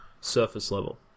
surface-level